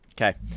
Okay